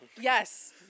Yes